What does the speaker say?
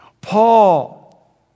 Paul